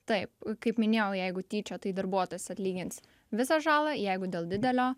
taip kaip minėjau jeigu tyčia tai darbuotojas atlygins visą žalą jeigu dėl didelio